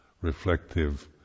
reflective